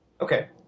Okay